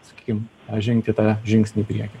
sakykim žengti tą žingsnį į priekį